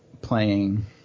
playing